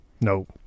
No